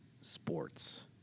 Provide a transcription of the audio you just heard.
sports